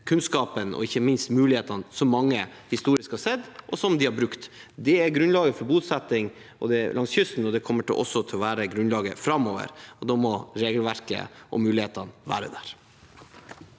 kunnskapen – og ikke minst mulighetene – mange historisk har sett, og som de har brukt. Det er grunnlaget for bosetting langs kysten, og det kommer også til å være grunnlaget framover. Da må regelverket og mulighetene være der.